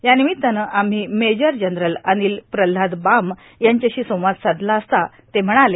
यानिमित्तानं आम्ही major general Anil Pralhad Bam यांच्याशी संवाद साधला असता ते म्हणाले